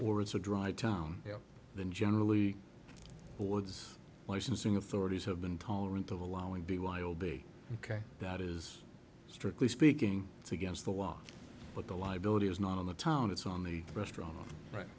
or it's a dry town than generally towards licensing authorities have been tolerant of allowing b y o b ok that is strictly speaking it's against the law but the liability is not on the town it's on the restaurant right